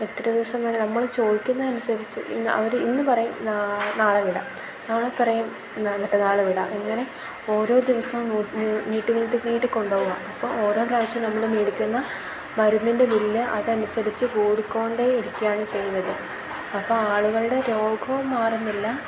എത്ര ദിവസം വേണം നമ്മൾ ചോദിക്കുന്നത് അനുസരിച്ച് അവർ ഇന്ന് പറയും നാളെ വിടാം നാളെ പറയും എന്നാ മറ്റെന്നാൾ വിടാം ഇങ്ങനെ ഓരോ ദിവസം നീട്ടി നീട്ടി നീട്ടി കൊണ്ടുപോകുക അപ്പം ഓരോ പ്രാവശ്യം നമ്മൾ മേടിക്കുന്ന മരുന്നിൻ്റെ ബിൽ അതനുസരിച്ച് കൂടിക്കോണ്ടേ ഇരിക്കുകയാണ് ചെയ്യുന്നത് അപ്പം ആളുകളുടെ രോഗവും മാറുന്നില്ല